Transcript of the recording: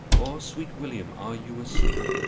or, sweet william, are you asleep?